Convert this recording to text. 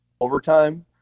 overtime